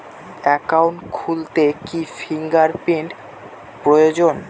Account খুলতে কি fingerprint প্রয়োজন?